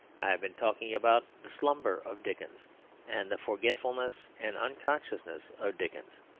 i have been talking about the slumber of dickens and the forgetfulness and unconsciousness of dickens.